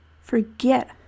forget